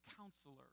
counselor